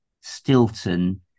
stilton